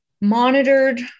monitored